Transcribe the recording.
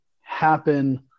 happen